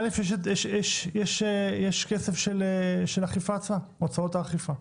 א', יש כסף של האכיפה עצמה, הוצאות האכיפה.